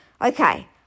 Okay